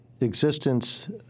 existence